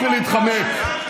אתה היית ראש הממשלה.